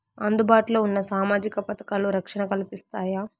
అందుబాటు లో ఉన్న సామాజిక పథకాలు, రక్షణ కల్పిస్తాయా?